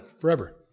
forever